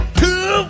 two